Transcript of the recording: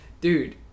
dude